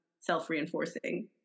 self-reinforcing